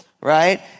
right